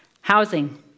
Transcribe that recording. Housing